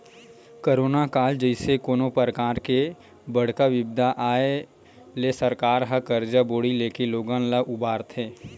corona काल जइसे कोनो परकार के बड़का बिपदा के आय ले सरकार ह करजा बोड़ी लेके लोगन ल उबारथे